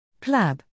PLAB